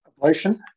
Ablation